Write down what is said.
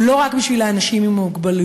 הוא לא רק בשביל האנשים עם המוגבלויות.